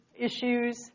issues